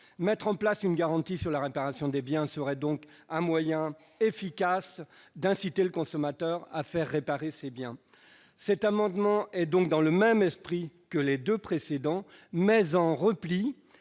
Mettre en place une garantie sur la réparation des biens serait un moyen efficace d'inciter le consommateur à faire réparer ses appareils. Cet amendement relève du même esprit que les deux précédents, mais il